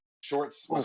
shorts